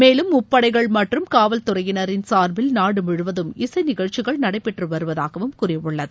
மேலும் முப்படைகள் மற்றும் காவல் துறையினரின் சார்பில் நாடு முழுவதும் இசை நிகழ்ச்சிகள் நடைபெற்று வருவதாகவும் கூறியுள்ளது